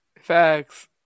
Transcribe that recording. facts